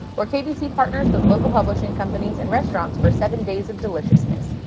where kbc partners with local publishing companies and restaurants for seven days of deliciousness.